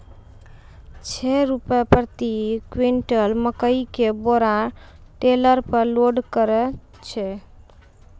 छह रु प्रति क्विंटल मकई के बोरा टेलर पे लोड करे छैय?